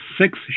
six